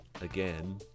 again